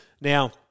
Now